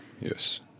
Yes